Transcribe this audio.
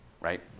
right